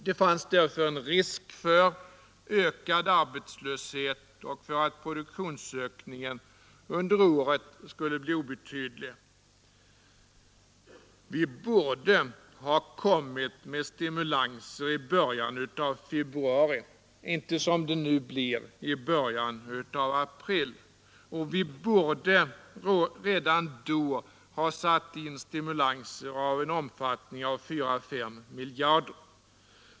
Det fanns därför risk för ökad arbetslöshet och för att produktionsökningen under året skulle bli obetydlig. Vi borde ha kommit med stimulanser i början av februari, inte som det nu blir i början av april. Och vi borde redan då ha satt in stimulanser av en omfattning av 4—5 miljarder.